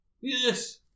Yes